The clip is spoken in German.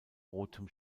rotem